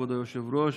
כבוד היושב-ראש.